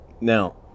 Now